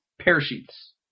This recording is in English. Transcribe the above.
parachutes